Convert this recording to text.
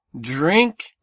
drink